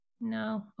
No